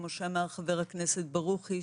כמו שאמר חבר הכנסת ברוכי,